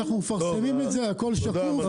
אנחנו מפרסמים את זה והכל שקוף.